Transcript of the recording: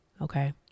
Okay